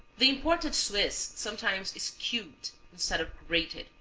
the imported swiss sometimes is cubed instead of grated,